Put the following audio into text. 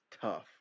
tough